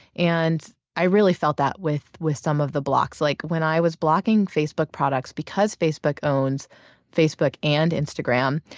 and i really felt that with with some of the blocks. like when i was blocking facebook products, because facebook owns facebook and instagram,